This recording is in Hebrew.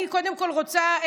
אני קודם כול רוצה,